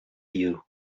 you